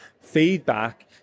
feedback